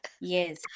Yes